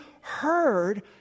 heard